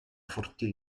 forti